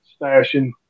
stashing